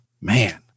Man